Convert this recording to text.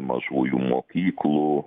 mažųjų mokyklų